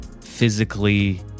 physically